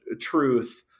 truth